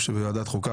שבוועדת החוקה,